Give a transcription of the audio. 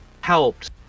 helped